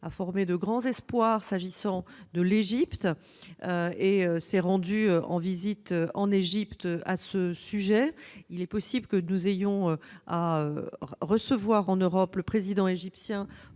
a formé de grands espoirs s'agissant de l'Égypte et s'est rendue dans ce pays à ce sujet. Il est possible que nous recevions en Europe le Président égyptien